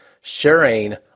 sharing